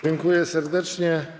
Dziękuję serdecznie.